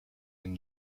and